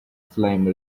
flame